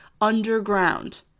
underground